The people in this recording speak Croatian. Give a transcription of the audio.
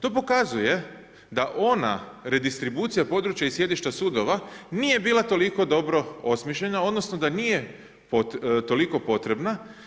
To pokazuje da ona redistribucija područja i sjedišta sudova nije bila toliko dobro osmišljena odnosno da nije toliko potrebna.